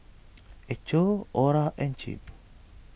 Echo Orra and Chip